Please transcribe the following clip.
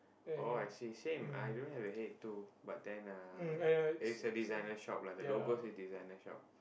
oh I see same I don't have a head too but then uh it's a designer shop lah the logo say designer shop